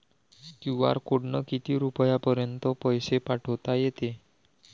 QR कोडनं किती रुपयापर्यंत पैसे पाठोता येते?